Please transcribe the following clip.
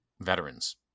veterans